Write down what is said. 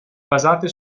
basate